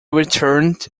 returned